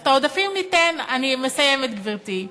אז את העודפים ניתן, אני מסיימת, גברתי.